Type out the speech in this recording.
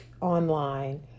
online